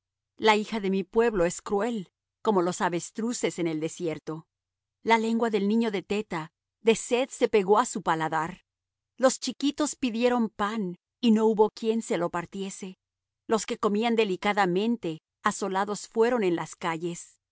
la hija de mi pueblo es cruel como los avestruces en el desierto la lengua del niño de teta de sed se pegó á su paladar los chiquitos pidieron pan y no hubo quien se lo partiese los que comían delicadamente asolados fueron en las calles